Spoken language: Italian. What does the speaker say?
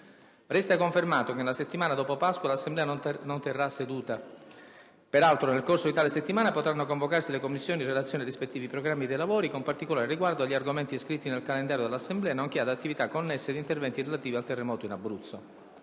Resta confermato che nella settimana dopo Pasqua l'Assemblea non terrà seduta. Peraltro, nel corso di tale settimana potranno convocarsi le Commissioni in relazione ai rispettivi programmi dei lavori, con particolare riguardo agli argomenti iscritti nel calendario dell'Assemblea, nonché ad attività connesse ad interventi relativi al terremoto in Abruzzo.